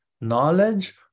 knowledge